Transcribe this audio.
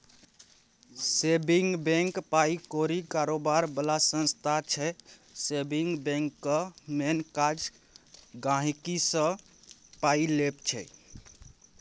saving bank पाइ कौरी कारोबार बला संस्था छै सेबिंग बैंकक मेन काज गांहिकीसँ पाइ लेब छै